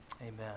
Amen